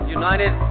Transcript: united